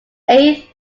eighth